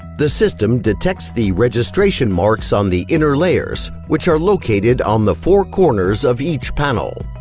the system detects the registration marks on the inner layers, which are located on the four corners of each panel.